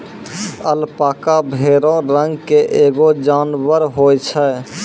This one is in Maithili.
अलपाका भेड़ो रंग के एगो जानबर होय छै